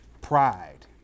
pride